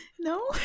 no